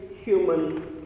human